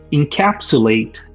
encapsulate